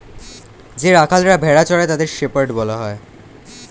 যে রাখালরা ভেড়া চড়ায় তাদের শেপার্ড বলা হয়